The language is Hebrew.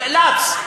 נאלץ,